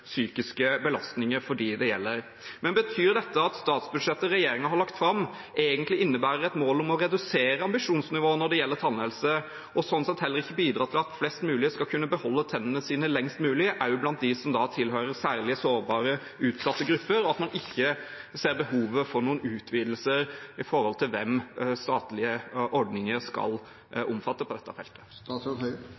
psykiske belastninger for dem det gjelder. Betyr dette at det statsbudsjettet regjeringen har lagt fram, egentlig innebærer et mål om å redusere ambisjonsnivået når det gjelder tannhelse, og sånn sett heller ikke bidrar til at flest mulig skal kunne beholde tennene sine lengst mulig, også blant dem som tilhører særlig sårbare og utsatte grupper, og at man ikke ser behovet for noen utvidelser med tanke på hvem statlige ordninger skal